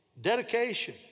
Dedication